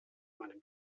meinem